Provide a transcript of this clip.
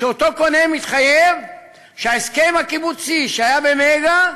אותו קונה מתחייב שההסכם הקיבוצי שהיה ב"מגה"